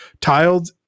tiled